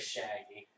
Shaggy